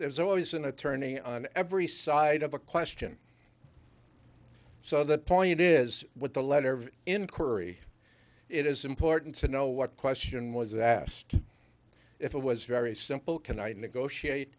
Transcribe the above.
there's always an attorney on every side of a question so the point is with the letter of inquiry it is important to know what question was asked if it was very simple can i negotiate